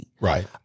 Right